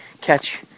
catch